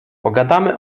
pogadamy